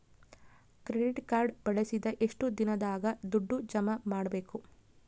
Credit card ಬಳಸಿದ ಎಷ್ಟು ದಿನದಾಗ ದುಡ್ಡು ಜಮಾ ಮಾಡ್ಬೇಕು?